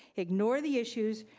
ignore the issues,